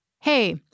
Hey